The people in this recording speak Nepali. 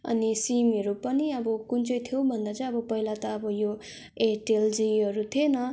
अनि सिमहरू पनि अब कुन चाहिँ थियो भन्दा चाहिँ पहिले त अब यो एयरटेल जियोहरू थिएन